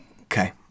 Okay